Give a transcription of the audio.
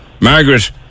Margaret